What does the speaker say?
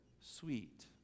sweet